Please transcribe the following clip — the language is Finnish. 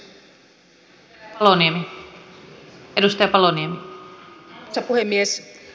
arvoisa puhemies